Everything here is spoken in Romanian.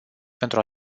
pentru